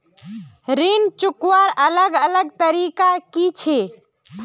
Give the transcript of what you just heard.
ऋण चुकवार अलग अलग तरीका कि छे?